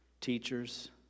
teachers